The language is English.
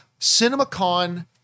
CinemaCon